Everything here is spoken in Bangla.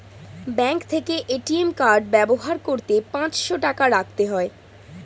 ব্যাঙ্ক থেকে এ.টি.এম কার্ড ব্যবহার করতে পাঁচশো টাকা রাখতে হয়